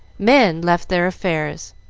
men left their affairs,